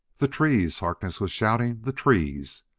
the trees! harkness was shouting. the trees!